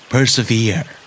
Persevere